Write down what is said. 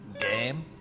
Game